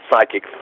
psychic